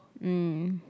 mm